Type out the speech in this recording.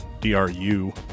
D-R-U